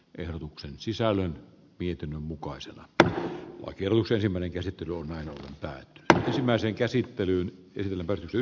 ehdotuksen sisällön pietin mukaan se että kellus ensimmäinen käsittely on voinut tai tähtisilmäisen käsittelyn yhdellä ole